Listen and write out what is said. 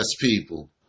people